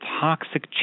toxic